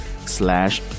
Slash